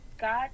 God